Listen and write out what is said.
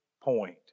point